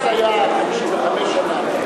אז היה 55 שנה.